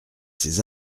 ces